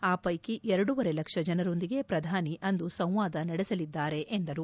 ಆ ವೈಕಿ ಎರಡೂವರೆ ಲಕ್ಷ ಜನರೊಂದಿಗೆ ಪ್ರಧಾನಿ ಅಂದು ಸಂವಾದ ನಡೆಸಲಿದ್ದಾರೆ ಎಂದರು